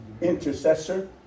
intercessor